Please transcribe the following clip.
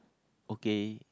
okay